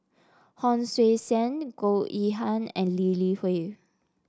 Hon Sui Sen Goh Yihan and Lee Li Hui